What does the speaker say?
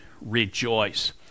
rejoice